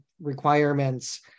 requirements